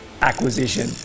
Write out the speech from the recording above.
acquisition